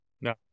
No